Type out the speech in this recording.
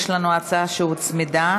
יש לנו הצעה שהוצמדה,